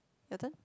your turn